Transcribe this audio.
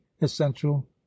essential